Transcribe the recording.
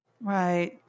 Right